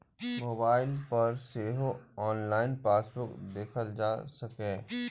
mobile पर सेहो online passbook देखल जा सकैए